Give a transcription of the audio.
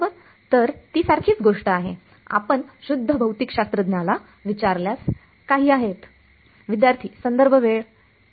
तर ती सारखीच गोष्ट आहे आपण शुद्ध भौतिकशास्त्रज्ञाला विचारल्यास काही आहेत